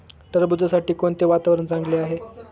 टरबूजासाठी कोणते वातावरण चांगले आहे?